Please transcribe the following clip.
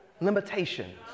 limitations